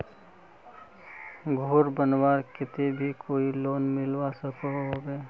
घोर बनवार केते भी कोई लोन मिलवा सकोहो होबे?